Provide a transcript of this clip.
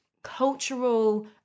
cultural